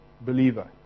believer